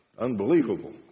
unbelievable